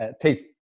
taste